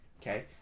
okay